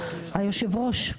היושב ראש,